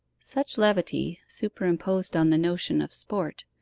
such levity, superimposed on the notion of sport,